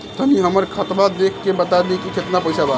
तनी हमर खतबा देख के बता दी की केतना पैसा बा?